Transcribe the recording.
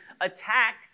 attack